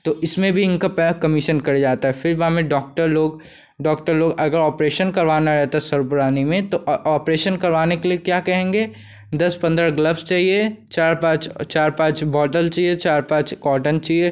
तो इसमें भी इनका प्या कमीशन कट जाता है फिर बा में डॉक्टर लोग डॉक्टर लोग अगर ऑपरेशन करवाने रहता है स्वरूपरानी में तो ऑपरेशन करवाने के लिए क्या कहेंगे दस पन्द्रह ग्लव्स चाहिए चार पाँच और चार पाँच बॉटल चाहिए चार पाँच कॉटन चाहिए